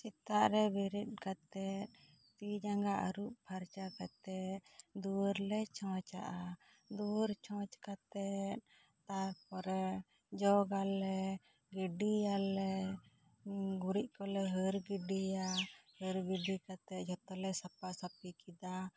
ᱥᱮᱛᱟᱜ ᱨᱮ ᱵᱮᱨᱮᱫ ᱠᱟᱛᱮᱜ ᱛᱤ ᱡᱟᱝᱜᱟ ᱟᱹᱨᱩᱵ ᱯᱷᱟᱨᱪᱟ ᱠᱟᱛᱮ ᱫᱩᱣᱟᱹᱨ ᱞᱮ ᱪᱷᱚᱪᱟᱜᱼᱟ ᱫᱩᱣᱟᱹᱨ ᱪᱷᱚᱪ ᱠᱟᱛᱮ ᱛᱟᱨ ᱯᱚᱨᱮ ᱡᱚᱜᱽ ᱟᱞᱮ ᱜᱤᱰᱤ ᱟᱞᱮ ᱜᱩᱨᱤᱡᱽ ᱠᱚᱞᱮ ᱦᱟᱹᱨ ᱜᱤᱰᱤᱭᱟ ᱦᱟᱹᱨ ᱜᱤᱰᱤ ᱠᱟᱛᱮ ᱡᱚᱛᱚ ᱞᱮ ᱥᱟᱯᱷᱟᱭᱟ ᱥᱟᱯᱷᱟ ᱥᱟᱯᱷᱤ ᱠᱮᱫᱟ